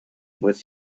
with